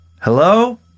Hello